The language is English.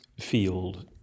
field